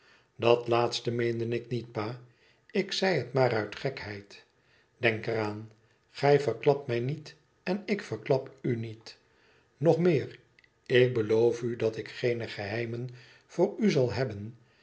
dat laatste meende ik niet pa ik zei het maar uit gekheid denk er aan gij verklapt mij niet en ik verklap u niet nog meer ik beloof u dat ik geene geheimen voor u zal hebben